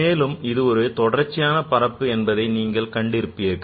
மேலும் இது ஒரு தொடர்ச்சியான பரப்பு என்பதை நீங்கள் கண்டிருப்பீர்கள்